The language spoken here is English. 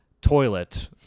toilet